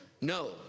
No